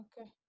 okay